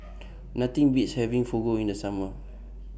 Nothing Beats having Fugu in The Summer